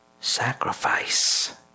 sacrifice